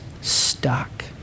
stuck